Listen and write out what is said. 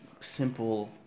simple